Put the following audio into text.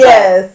Yes